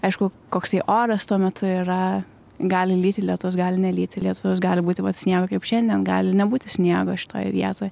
aišku koksai oras tuo metu yra gali lyti lietus gali nelyti lietus gali būti vat sniego kaip šiandien gali nebūti sniego šitoj vietoj